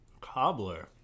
Cobbler